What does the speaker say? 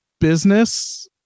business